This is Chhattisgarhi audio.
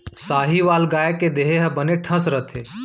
साहीवाल गाय के देहे ह बने ठस रथे